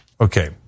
Okay